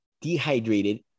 dehydrated